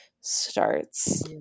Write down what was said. starts